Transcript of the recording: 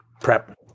Prep